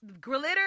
glitter